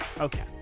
Okay